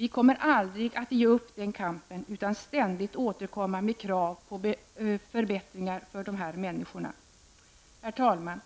Vi kommer aldrig att ge upp kampen utan ständigt återkomma med krav på förbättringar för dessa människor. Herr talman!